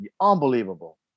Unbelievable